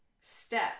step